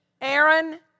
Aaron